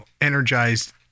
energized